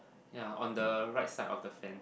ya on the right side of the fence